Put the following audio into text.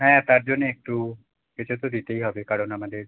হ্যাঁ তার জন্যে একটু এটা তো দিতেই হবে কারণ আমাদের